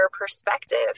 perspective